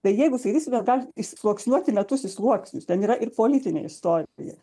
tai jeigu skaitysit bet galit išsluoksniuoti metus į sluoksnius ten yra ir politinė istorija